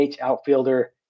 outfielder